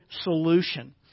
solution